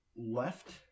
left